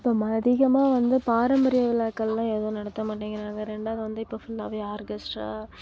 இப்போ அதிகமாக வந்து பாரம்பரிய விழாக்கள்லாம் எதுவும் நடத்த மாட்டேக்கிறாங்க ரெண்டாவது வந்து இப்போ ஃபுல்லாவே ஆர்கெஸ்ட்ரா